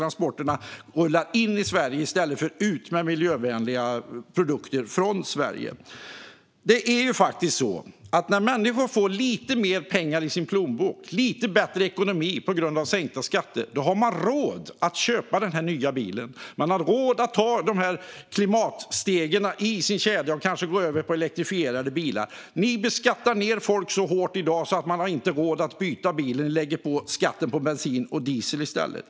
Transporterna rullar in i Sverige i stället för ut ur Sverige, med miljövänliga produkter. Det är faktiskt så här: När människor får lite mer pengar i sin plånbok och lite bättre ekonomi på grund av sänkta skatter har de råd att köpa en ny bil. De har råd att ta de här klimatstegen i sin kedja och att kanske gå över till elektrifierade bilar. Ni beskattar folk så hårt i dag att de inte har råd att byta bil. Ni lägger på skatt på bensin och diesel.